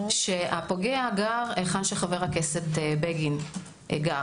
שהפוגע גר היכן שחבר הכנסת בגין יושב.